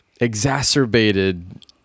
exacerbated